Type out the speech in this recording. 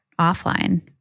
offline